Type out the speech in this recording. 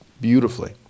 beautifully